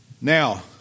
Now